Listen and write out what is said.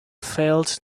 failed